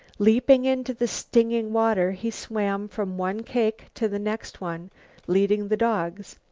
leaping into the stinging water he swam from one cake to the next one, leading the dogs.